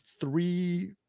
three